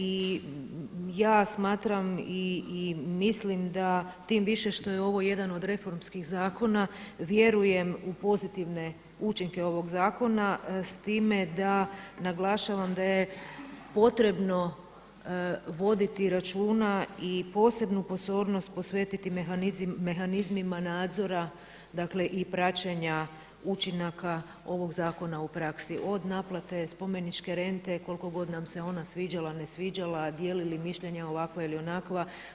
I ja smatram i mislim da tim više što je ovo jedan od reformskih zakona vjerujem u pozitivne učinke ovog zakona s time da naglašavam da je potrebno voditi računa i posebnu pozornost posvetiti mehanizmima nadzora dakle i praćenja učinaka ovog zakona u praksi od naplate spomeničke rente koliko god nam se ona sviđala, ne sviđala, dijelili mišljenja ovakva ili onakva.